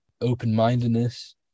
open-mindedness